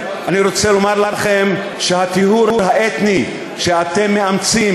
אני רוצה לומר לכם שהטיהור האתני שאתם מאמצים